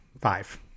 five